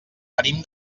venim